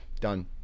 Done